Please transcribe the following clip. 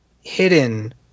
hidden